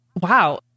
Wow